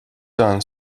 son